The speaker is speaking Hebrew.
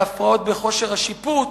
להפרעות בכושר השיפוט,